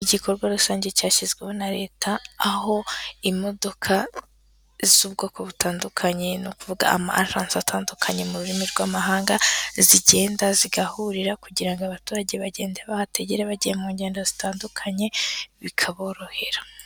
Igikorwa rusange cyashyizweho na leta, aho imodoka z'ubwoko butandukanye ni ukuvuga amajansi atandukanye mu rurimi rw'amahanga, zigenda zigahurira kugira ngo abaturage bagende bahategere, bagiye mu ngendo zitandukanye, bikaborohera.